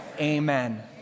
Amen